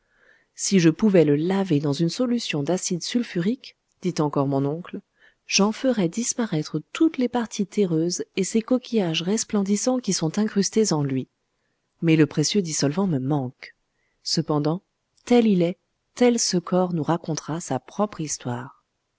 si je pouvais le laver dans une solution d'acide sulfurique dit encore mon oncle j'en ferais disparaître toutes les parties terreuses et ces coquillages resplendissants qui sont incrustés en lui mais le précieux dissolvant me manque cependant tel il est tel ce corps nous racontera sa propre histoire